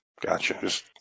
Gotcha